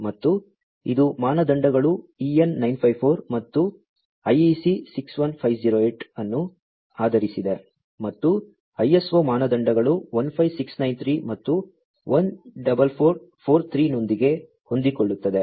ಮತ್ತು ಇದು ಮಾನದಂಡಗಳು EN 954 ಮತ್ತು IEC 61508 ಅನ್ನು ಆಧರಿಸಿದೆ ಮತ್ತು ISO ಮಾನದಂಡಗಳು 15693 ಮತ್ತು 14443 ನೊಂದಿಗೆ ಹೊಂದಿಕೊಳ್ಳುತ್ತದೆ